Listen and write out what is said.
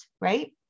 right